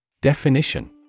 Definition